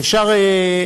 לעג לרש.